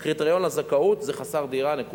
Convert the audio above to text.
הקריטריון לזכאות זה חסר דירה, נקודה.